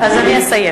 אז אני אסיים.